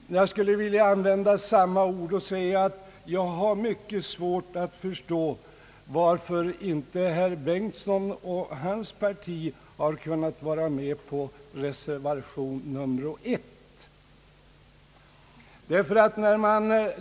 Med användande av samma ordalag skulle jag vilja förklara mig ha mycket svårt att förstå varför herr Bengtson och hans parti inte har kunnat ansluta sig till reservation 1.